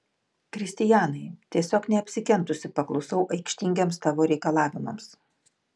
kristianai tiesiog neapsikentusi paklusau aikštingiems tavo reikalavimams